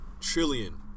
Trillion